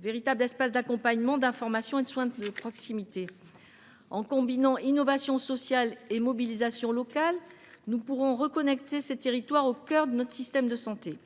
véritables espaces d’accompagnement, d’information et de soins de proximité. En combinant innovation sociale et mobilisation locale, nous pourrons reconnecter ces territoires au cœur de notre système de santé.